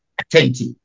attentive